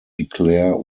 declare